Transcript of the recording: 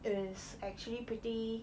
it is actually pretty